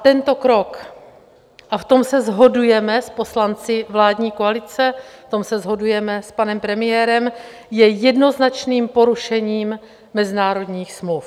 Tento krok, a v tom se shodujeme s poslanci vládní koalice, v tom se shodujeme s panem premiérem, je jednoznačným porušením mezinárodních smluv.